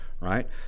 Right